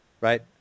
right